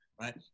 right